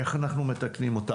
איך אנחנו מתקנים אותם?